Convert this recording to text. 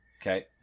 Okay